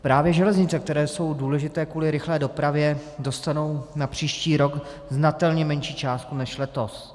Právě železnice, které jsou důležité kvůli rychlé dopravě, dostanou na příští rok znatelně menší částku než letos.